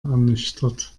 ernüchtert